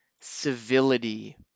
civility